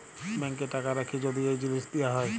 ব্যাংকে টাকা রাখ্যে যদি এই জিলিস দিয়া হ্যয়